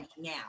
now